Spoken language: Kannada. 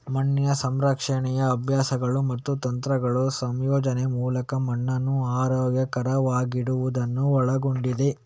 ಮಣ್ಣಿನ ಸಂರಕ್ಷಣೆಯು ಅಭ್ಯಾಸಗಳು ಮತ್ತು ತಂತ್ರಗಳ ಸಂಯೋಜನೆಯ ಮೂಲಕ ಮಣ್ಣನ್ನು ಆರೋಗ್ಯಕರವಾಗಿಡುವುದನ್ನು ಒಳಗೊಂಡಿದೆ